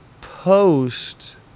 post